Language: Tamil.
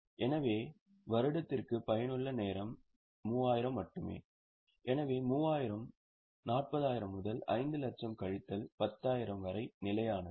எனவே வருடத்திற்கு பயனுள்ள நேரம் 3000 மட்டுமே எனவே 3000 மீது 40000 பெருக்கல் 5 லட்சம் கழித்தல் 10000 வரை நிலையானது